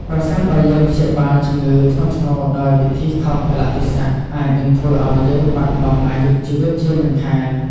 ប្រសិនបើយើងព្យាបាលជំងឺធ្ងន់ធ្ងរដោយវិធីខុសកាលៈទេសៈអាចនឹងធ្វើឱ្យយើងបាត់បង់អាយុជីវិតជាមិនខាន។